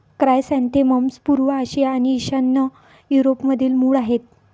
chrysanthemums पूर्व आशिया आणि ईशान्य युरोपमधील मूळ आहेत